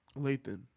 Lathan